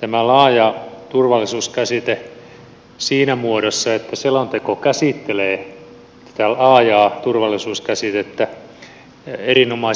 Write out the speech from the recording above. tämä laaja turvallisuuskäsite siinä muodossa että selonteko käsittelee tätä laajaa turvallisuuskäsitettä erinomaisen hyvin